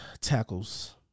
tackles